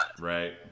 Right